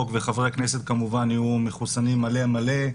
וחברי הכנסת כמובן יהיו מחוסנים מלא מלא,